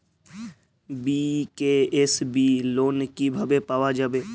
BKSB loan কিভাবে পাওয়া যাবে?